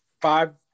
five